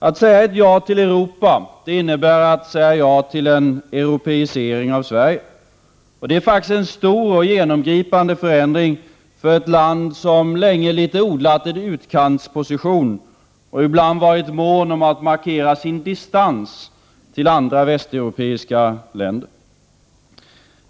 Att säga ja till Europa innebär att säga ja till en europeisering av Sverige, och det är faktiskt en stor och genomgripande förändring för ett land som länge litet grand odlat en utkantsposition och ibland varit mån om att markera sin distans till andra västeuropeiska länder.